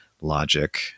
logic